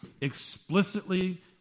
explicitly